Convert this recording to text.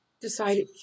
decided